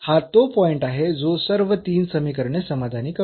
हा तो पॉईंट आहे जो सर्व तीन समीकरणे समाधानी करतो